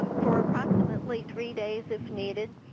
um for approximately three days if needed,